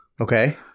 Okay